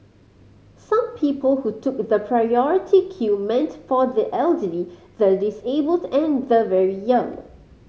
some people who took the priority queue meant for the elderly the disabled and the very young